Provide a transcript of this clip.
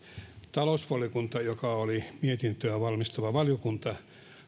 talousvaliokunta joka oli mietintöä valmisteleva valiokunta